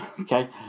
Okay